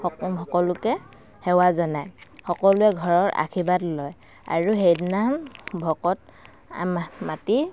সক সকলোকে সেৱা জনায় সকলোৱে ঘৰৰ আশীৰ্বাদ লয় আৰু সেইদিনা ভকত মাতি